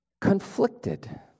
Conflicted